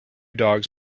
dogs